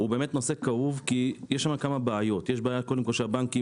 באמת כאוב כי יש כמה בעיות קודם כל שהבנקים